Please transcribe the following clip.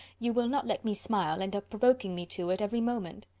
you will not let me smile, and are provoking me to it every moment.